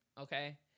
Okay